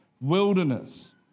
wilderness